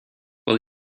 will